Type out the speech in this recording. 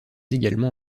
également